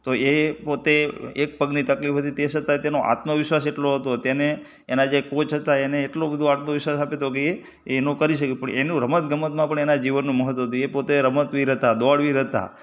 તો એ પોતે એક પગની તકલીફ હતી તે છતાંય તેનો આત્મવિશ્વાસ એટલો હતો તેને એનાં જે કોચ હતા એને એટલો બધો આત્મવિશ્વાસ આપ્યો હતો કે એ એનો કરી શકે પણ એનું રમત ગમતમાં પણ એના જીવનમાં મહત્ત્વ હતું એ પોતે રમતવીર હતાં દોડવીર હતાં